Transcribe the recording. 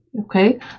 okay